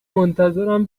منتظرم